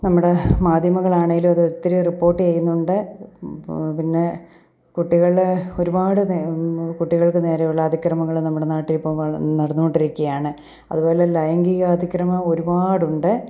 നമ്മുടെ മാധ്യമങ്ങളാണെങ്കിലും അത് ഒത്തിരി റിപ്പോർട്ട് ചെയ്യുന്നുണ്ട് പ് പിന്നെ കുട്ടികളെ ഒരുപാട് നേ കുട്ടികൾക്കു നേരെയുള്ള അതിക്രമങ്ങൾ നമ്മുടെ നാട്ടിലിപ്പം നടന്നു കൊണ്ടിരിക്കുകയാണ് അതുപോലെ ലൈംഗിക അതിക്രമം ഒരുപാടുണ്ട്